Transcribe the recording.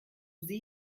sie